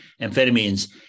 amphetamines